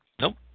Nope